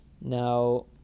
Now